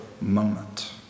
moment